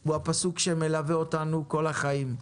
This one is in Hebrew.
הוא הפסוק שמלווה אותנו כל החיים: